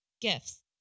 Gifts